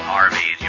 Harvey